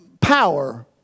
power